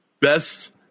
best